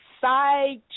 side